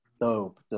Dope